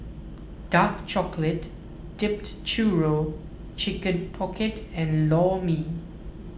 Dark Chocolate Dipped Churro Chicken Pocket and Lor Mee